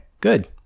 good